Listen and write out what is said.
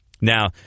Now